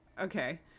Okay